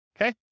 okay